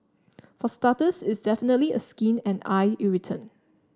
for starters it's definitely a skin and eye irritant